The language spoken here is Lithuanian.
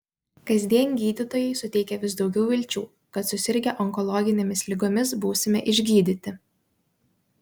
kasdien gydytojai suteikia vis daugiau vilčių kad susirgę onkologinėmis ligomis būsime išgydyti